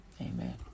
Amen